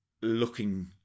looking